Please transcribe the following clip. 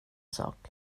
sak